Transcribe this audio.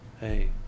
hey